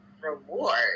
reward